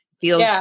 Feels